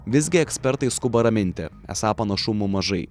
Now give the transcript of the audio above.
visgi ekspertai skuba raminti esą panašumų mažai